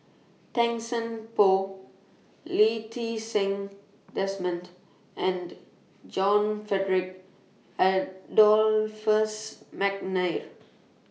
Tan Seng Poh Lee Ti Seng Desmond and John Frederick Adolphus Mcnair